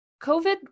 COVID